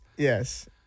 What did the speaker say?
Yes